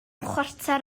chwarter